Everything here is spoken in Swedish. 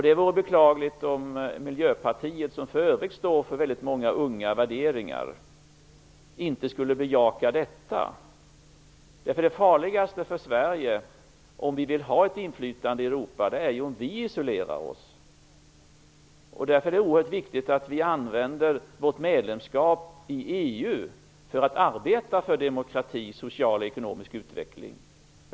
Det vore beklagligt om Miljöpartiet, som för övrigt står för väldigt många unga värderingar, inte skulle bejaka detta. Det farligaste för Sverige, om vi vill ha ett inflytande i Europa, är om vi isolerar oss. Därför är det oerhört viktigt att vi använder vårt medlemskap i EU för att arbeta för demokrati samt social och ekonomisk utveckling.